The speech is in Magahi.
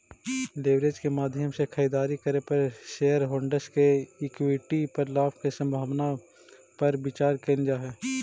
लेवरेज के माध्यम से खरीदारी करे पर शेरहोल्डर्स के इक्विटी पर लाभ के संभावना पर विचार कईल जा हई